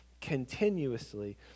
continuously